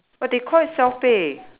but they call it self pay